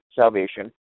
salvation